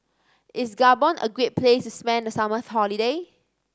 is Gabon a great place to spend the summer holiday